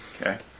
okay